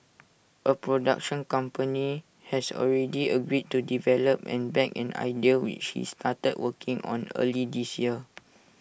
A production company has already agreed to develop and back an idea which he started working on earlier this year